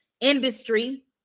industry